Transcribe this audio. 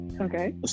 Okay